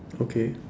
okay